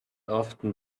often